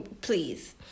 please